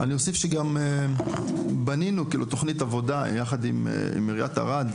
אני אוסיף שגם בנינו כאילו תוכנית עבודה יחד עם עיריית ערד,